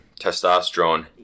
Testosterone